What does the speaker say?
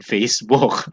Facebook